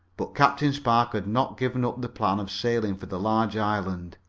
but captain spark had not given up the plan of sailing for the large island.